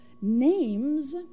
names